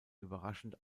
überraschend